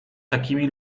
takimi